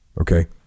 okay